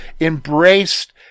embraced